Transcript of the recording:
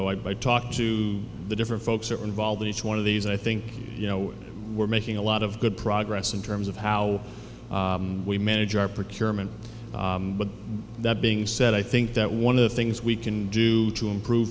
know i talked to the different folks are involved in each one of these i think you know we're making a lot of good progress in terms of how we manage our particular moment but that being said i think that one of the things we can do to improve